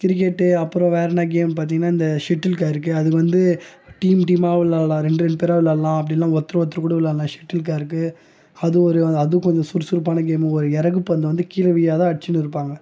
cricket அப்புறம் வேறென்ன game பார்த்தீங்கனா இந்த ஷட்டில் கார்க்கு அதுக்கு வந்து டீம் டீமா விளையாட்லாம் ரெண்ட் ரெண்ட் பேரா வெளையாட்லாம் அப்படி இல்லைனா ஒருத்தர் ஒருத்தர் கூட விளையாட்லாம் ஷெட்டில் கார்க்கு அது ஒரு அது கொஞ்சம் சுரு சுருப்பான கேம் ஒரு இறகு பந்த வந்து கீழே விழாத அடிச்சுன்னு இருப்பாங்கள்